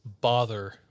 bother